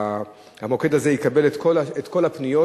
והמוקד הזה יקבל את כל הפניות,